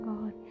God